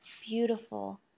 beautiful